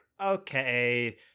okay